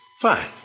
Fine